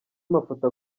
mafoto